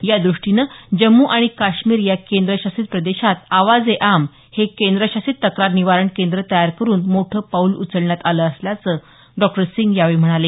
या दृष्टीनं जम्मू आणि काश्मीर या केंद्रशासित प्रदेशात आवाज ए आम हे केंद्रशासित तक्रार निवारण केंद्र तयार करून मोठं पाऊल उचलण्यात आलं असल्याचं डॉ सिंग यावेळी म्हणाले